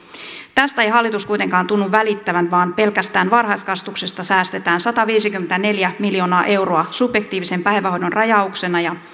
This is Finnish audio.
tästä ei hallitus kuitenkaan tunnu välittävän vaan pelkästään varhaiskasvatuksesta säästetään sataviisikymmentäneljä miljoonaa euroa subjektiivisen päivähoidon rajauksena ja